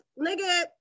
nigga